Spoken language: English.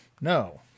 No